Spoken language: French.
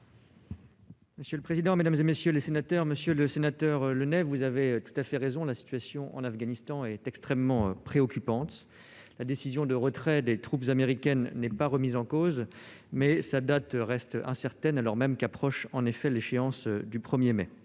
affaires européennes. Monsieur le sénateur Jacques Le Nay, vous avez tout à fait raison, la situation en Afghanistan est extrêmement préoccupante. La décision de retrait des troupes américaines n'est pas remise en cause, mais sa date reste incertaine, alors même qu'approche l'échéance du 1 mai.